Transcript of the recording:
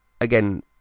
Again